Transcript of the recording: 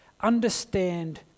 understand